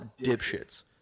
dipshits